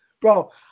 bro